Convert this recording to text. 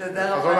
תודה רבה.